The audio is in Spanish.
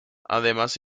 además